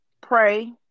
pray